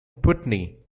putney